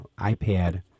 iPad